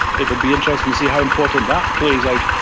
it will be interesting to see how important that plays out.